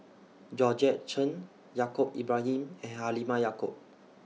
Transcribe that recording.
Georgette Chen Yaacob Ibrahim and Halimah Yacob